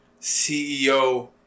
CEO